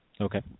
Okay